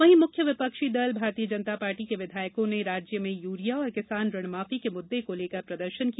वहीं मुख्य विपक्षी दल भारतीय जनता पार्टी के विधायकों ने राज्य में यूरिया और किसान ऋणमाफी के मुद्दे को लेकर प्रदर्शन किया